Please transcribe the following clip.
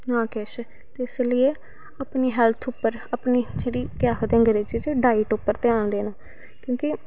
ना किश ते इस लेई अपनी हैल्थ उप्पर अपनी केह् आखदे अंग्रेजी च डाईट उप्पर ध्यान देना क्योंकि